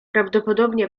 prawdopodobnie